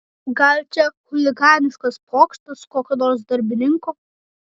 gal čia chuliganiškas pokštas kokio nors darbininko